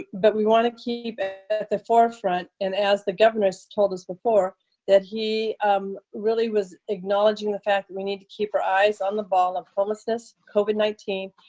but we want to keep at at the forefront and as the governor's told us before that he um really was acknowledging the fact that we need to keep our eyes on the ball of homelessness, covid nineteen,